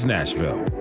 Nashville